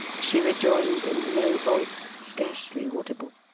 she rejoined in a low voice scarcely audible.